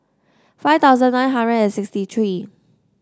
five thousand nine hundred and sixty three